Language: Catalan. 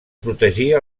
protegir